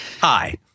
Hi